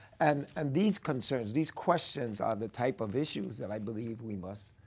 and and these concerns, these questions are the type of issues that i believe we must